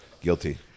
guilty